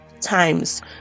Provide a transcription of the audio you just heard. times